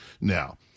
now